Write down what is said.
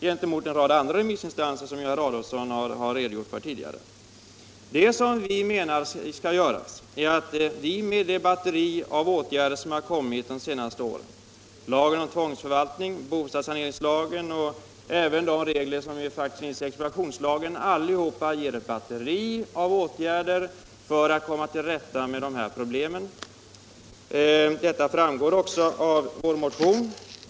Dessutom har en rad andra remissinstanser avstyrkt, vilket herr Adolfsson har redogjort för tidigare. Vi anser att i den lagstiftning som tillkommit under de senaste åren —- i lagen om tvångsförvaltning, i bostadssaneringslagen och även i de regler som finns i expropriationslagen — har man ett batteri av åtgärder för att komma till rätta med problemen. Detta framgår också av vår motion.